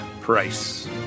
Price